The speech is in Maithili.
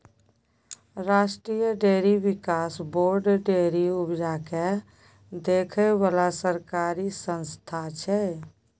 राष्ट्रीय डेयरी बिकास बोर्ड डेयरी उपजा केँ देखै बला सरकारी संस्था छै